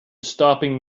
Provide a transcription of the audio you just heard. stopping